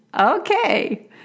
okay